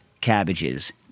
cabbages